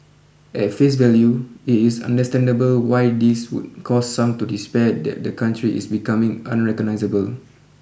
at face value it is understandable why this would cause some to despair that the country is becoming unrecognisable